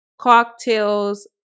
Cocktails